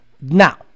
Now